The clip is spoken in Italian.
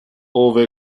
ove